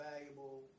valuable